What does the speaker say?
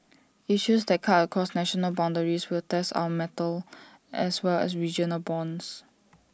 issues that cut across national boundaries will test our mettle as well as regional bonds